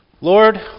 Lord